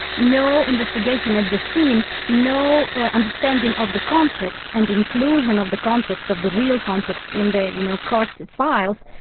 no investigation at the scene, no ah understanding of the context and inclusion of the context, of the real context in the you know court files,